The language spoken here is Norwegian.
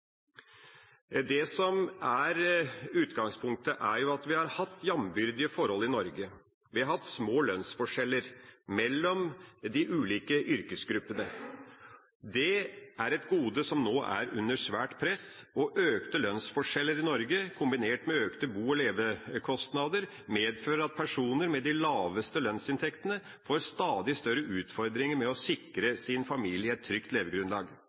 Det som er utgangspunktet, er at vi har hatt jambyrdige forhold i Norge. Vi har hatt små lønnsforskjeller mellom de ulike yrkesgruppene. Det er et gode som nå er under sterkt press, og økte lønnsforskjeller i Norge, kombinert med økte bo- og levekostnader, medfører at personer med de laveste lønnsinntektene får stadig større utfordringer med å sikre sin familie et trygt levegrunnlag.